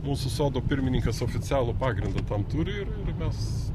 mūsų sodo pirmininkas oficialų pagrindą tam turi ir mes